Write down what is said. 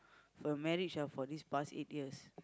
for your marriage ah for these past eight years